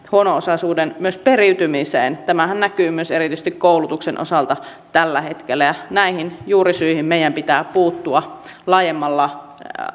huono osaisuuden periytymiseen tämähän näkyy myös erityisesti koulutuksen osalta tällä hetkellä ja näihin juurisyihin meidän pitää puuttua laajemmalla